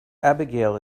abigail